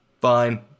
Fine